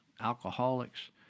alcoholics